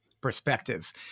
perspective